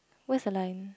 where the line